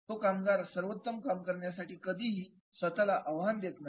तो कामगार सर्वोत्तम काम करण्यासाठी कधीही स्वतःला आव्हान देत नाही